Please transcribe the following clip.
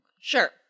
Sure